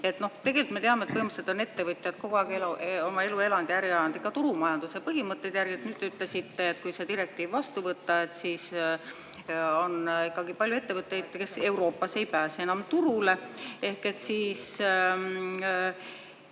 on? Tegelikult me teame, et põhimõtteliselt on ettevõtjad kogu aeg oma elu elanud ja äri ajanud ikka turumajanduse põhimõtete järgi. Nüüd te ütlesite, et kui see direktiiv vastu võtta, siis on palju ettevõtteid, kes Euroopas ei pääse enam turule. Isegi